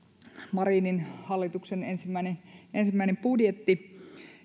marinin hallituksen ensimmäinen ensimmäinen budjetti